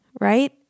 right